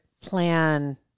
plan